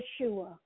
Yeshua